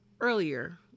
earlier